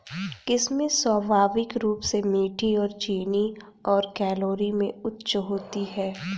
किशमिश स्वाभाविक रूप से मीठी और चीनी और कैलोरी में उच्च होती है